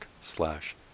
slash